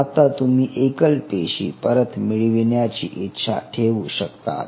आता तुम्ही एकल पेशी परत मिळविण्याची इच्छा ठेवू शकतात